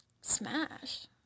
Smash